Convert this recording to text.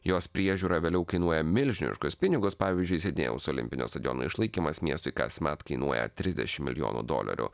jos priežiūra vėliau kainuoja milžiniškus pinigus pavyzdžiui sidnėjaus olimpinio stadiono išlaikymas miestui kasmet kainuoja trisdešim milijonų dolerių